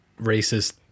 racist